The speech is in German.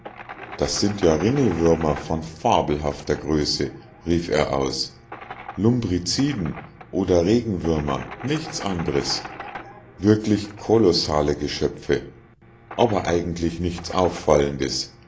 das sind ja ringelwürmer von fabelhafter größe rief er aus lumbriciden oder regenwürmer nichts andres wirklich kolossale geschöpfe aber eigentlich nichts auffallendes